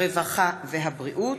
הרווחה והבריאות.